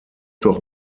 doch